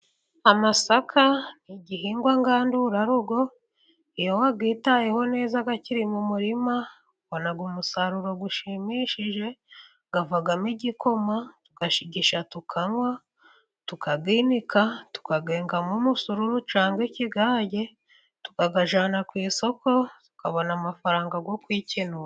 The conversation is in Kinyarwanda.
Amasaka, igihingwa ngandurarugo, iyo wayitayeho neza akiri mu murima ubona umusaruro ushimishije, avamo igikoma, tuyashigisha tukanywa, tukayinika tukayngamo umusururu cyangwa ikigage, tuyajyana ku isoko tukabona amafaranga yo kwikenura.